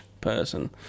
person